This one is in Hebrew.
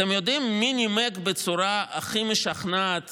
אתם יודעים מי נימק בצורה הכי משכנעת